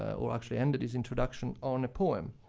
or actually, ended his introduction on a poem.